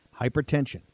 Hypertension